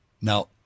Now